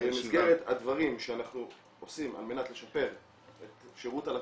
במסגרת הדברים שאנחנו עושים על מנת לשפר את שירות הלקוחות,